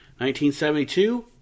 1972